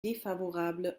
défavorable